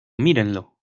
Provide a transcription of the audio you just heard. mírenlo